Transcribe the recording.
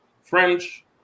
French